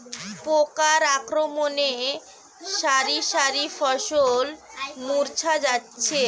পোকার আক্রমণে শারি শারি ফসল মূর্ছা যাচ্ছে